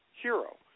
hero